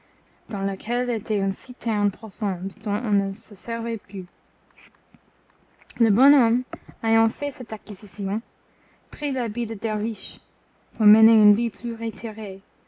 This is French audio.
dans laquelle était une citerne profonde dont on ne se servait plus le bon homme ayant fait cette acquisition prit l'habit de derviche pour mener une vie plus retirée